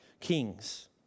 kings